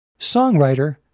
Songwriter